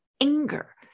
anger